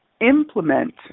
implement